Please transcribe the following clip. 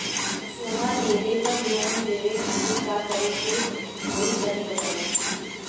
सोना दिहले पर लोन लेवे खातिर का करे क होई तनि बताई?